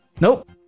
Nope